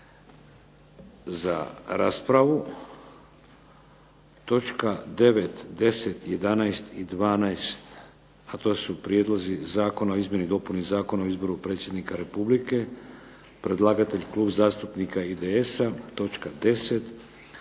za raspravu. Točka 9., 10., 11. i 12. a to su Prijedlozi zakona o izmjeni i dopuni Zakona o izboru Predsjednika Republike, predlagatelj Klub zastupnika IDS-a, točka 10.